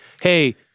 Hey